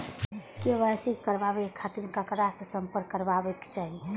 KYC कराबे के खातिर ककरा से संपर्क करबाक चाही?